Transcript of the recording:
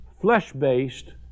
flesh-based